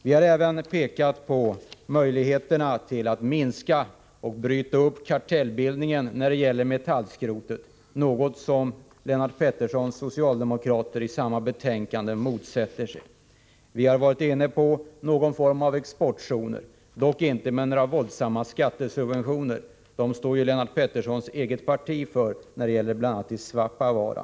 Vi har även pekat på möjligheterna att minska och bryta upp kartellbildningen när det gäller metallskrotet, något som Lennart Pettersson och övriga socialdemokrater i utskottet motsätter sig. Det framgår av betänkandet. Vi har varit inne på frågan om någon form av exportzoner. Det har dock inte varit fråga om några våldsamma skattesubventioner. Dem står ju Lennart Petterssons parti för. Jag tänker då bl.a. på förhållandena i Svappavaara.